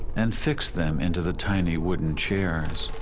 and fix them into the tiny wooden chairs.